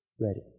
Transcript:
ready